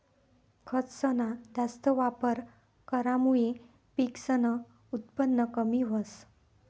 खतसना जास्त वापर करामुये पिकसनं उत्पन कमी व्हस